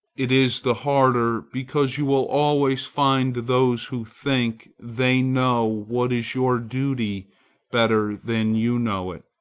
it is the harder because you will always find those who think they know what is your duty better than you know it.